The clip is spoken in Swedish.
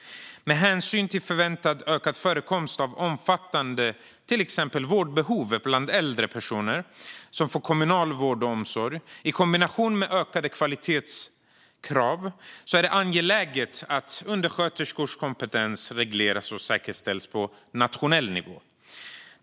Med hänsyn till förväntad ökad förekomst av omfattande vårdbehov bland äldre personer som får kommunal vård och omsorg i kombination med ökade kvalitetskrav är det angeläget att undersköterskors kompetens regleras och säkerställs på nationell nivå.